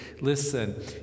Listen